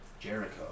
Jericho